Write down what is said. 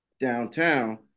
Downtown